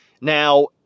Now